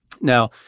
Now